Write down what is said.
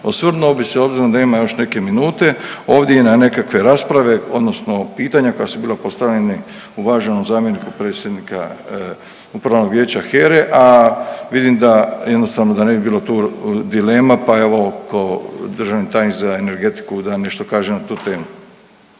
Osvrnuo bi se obzirom da ima još neke minute ovdje i na nekakve rasprave odnosno pitanja koja su bila postavljena uvaženom zamjeniku predsjednika upravnog vijeća HERA-a, a vidim da jednostavno da ne bi bilo tu dilema, pa evo da državni tajnik za energetiku da nešto kaže na tu temu.